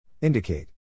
Indicate